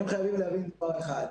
אתם חייבים להבין דבר אחד.